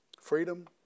freedom